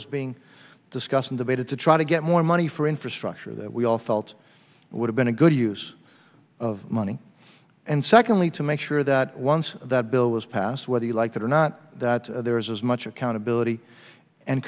was being discussed and debated to try to get more money for infrastructure that we all felt would have been a good use of money and secondly to make sure that once that bill was passed whether you like it or not that there is as much accountability and